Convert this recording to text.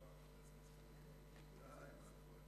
כבוד היושב-ראש, רבותי חברי